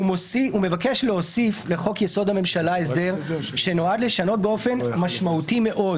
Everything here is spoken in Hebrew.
הוא מבקש להוסיף לחוק יסוד הממשלה הסדר שנועד לשנות באופן משמעותי מאוד